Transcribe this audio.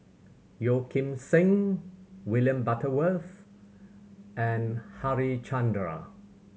Yeo Kim Seng William Butterworth and Harichandra